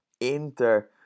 Inter